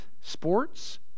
sports